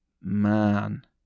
man